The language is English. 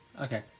Okay